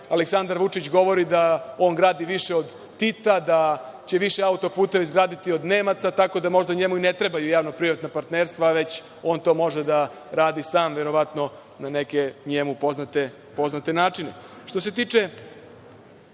Aleksandar Vučić govori da on gradi više od Tita, da će više auto-puteva izgraditi od Nemaca, tako da možda njemu i ne trebaju javno-privatna partnerstva, već on to može da radi sam, verovatno na neke njemu poznate načine. Što